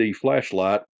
flashlight